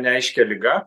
neaiškia liga